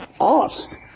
asked